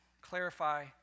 clarify